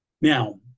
Now